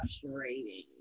frustrating